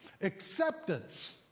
acceptance